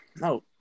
No